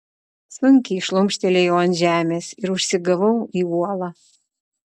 sunkiai šlumštelėjau ant žemės ir užsigavau į uolą